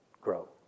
grow